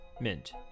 mint